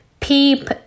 Peep